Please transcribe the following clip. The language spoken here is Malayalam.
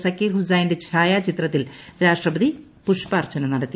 സക്കീർ ഹുസൈന്റെ ് ഛായാചിത്രത്തിൽ രാഷ്ട്രപതി പുഷ്പാർച്ചന നടത്തി